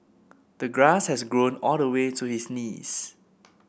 the grass had grown all the way to his knees